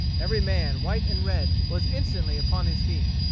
every man, white and red, was instantly upon his feet.